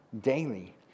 daily